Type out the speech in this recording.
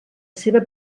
seva